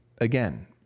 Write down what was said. Again